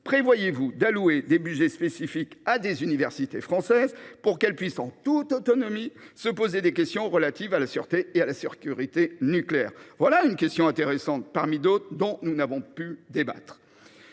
prévoyez vous d’accorder des budgets spécifiques à des universités françaises, pour qu’elles puissent, en toute autonomie, se poser des questions relatives à la sûreté et à la sécurité nucléaires ? Voilà une question intéressante, parmi d’autres, dont nous n’avons pu débattre.